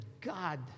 God